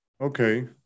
Okay